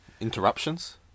Interruptions